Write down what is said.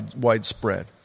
widespread